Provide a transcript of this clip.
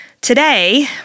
Today